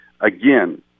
again